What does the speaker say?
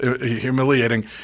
humiliating